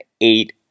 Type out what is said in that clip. eight